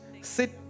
Sit